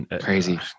Crazy